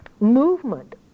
movement